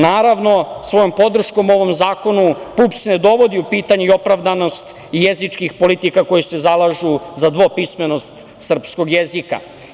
Naravno, svojom podrškom ovom zakonu, PUPS ne dovodi u pitanje i opravdanost jezičkih politika koje se zalažu za dvopismenost srpskog jezika.